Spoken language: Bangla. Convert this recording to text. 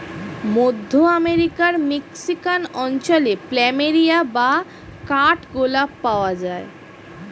মধ্য আমেরিকার মেক্সিকান অঞ্চলে প্ল্যামেরিয়া বা কাঠ গোলাপ পাওয়া যায়